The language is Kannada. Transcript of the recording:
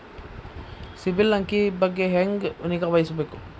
ಸಿಬಿಲ್ ಅಂಕಿ ಬಗ್ಗೆ ಹೆಂಗ್ ನಿಗಾವಹಿಸಬೇಕು?